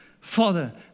Father